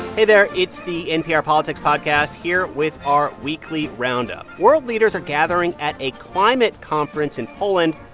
hey there. it's the npr politics podcast here with our weekly roundup. world leaders are gathering at a climate conference in poland.